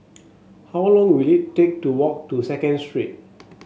how long will it take to walk to Second Street